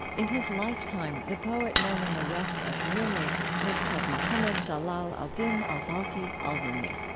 in his lifetime, the poet known in the west as rumi was called muhammad jalal al-din al-balkhi al-rumi.